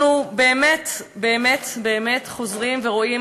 אנחנו באמת באמת באמת חוזרים ורואים